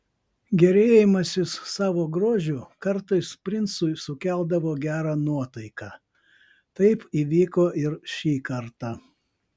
gėrėjimasis savo grožiu kartais princui sukeldavo gerą nuotaiką taip įvyko ir šį kartą